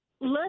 let